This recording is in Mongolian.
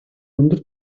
өндөр